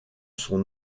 son